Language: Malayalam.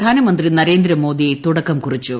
പ്രധാനമന്ത്രി നരേന്ദ്രമോദി തുടക്കം കുറിച്ചു